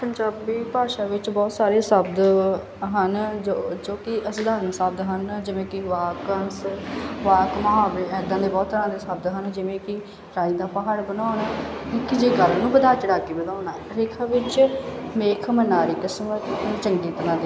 ਪੰਜਾਬੀ ਭਾਸ਼ਾ ਵਿੱਚ ਬਹੁਤ ਸਾਰੇ ਸ਼ਬਦ ਹਨ ਜੋ ਜੋ ਕਿ ਅਸਧਾਰਨ ਸ਼ਬਦ ਦਾ ਹਨ ਜਿਵੇਂ ਕਿ ਵਾਕੰਸ਼ ਵਾਕ ਮਹਾਵਰੇ ਇੱਦਾਂ ਦੇ ਬਹੁਤ ਤਰ੍ਹਾਂ ਦੇ ਸਬਦ ਹਨ ਜਿਵੇਂ ਕਿ ਰਾਈ ਦਾ ਪਹਾੜ ਬਣਾਉਣਾ ਨਿੱਕੀ ਜਿਹੀ ਗੱਲ ਨੂੰ ਵਧਾ ਚੜਾਅ ਦੇ ਵਧਾਉਣਾ ਰੇਖਾ ਵਿੱਚ ਮੇਖ ਮਨਾਲੀ ਕਸਣਾ ਅਤੇ ਚੰਗੀ ਤਰ੍ਹਾਂ ਦੇਣਾ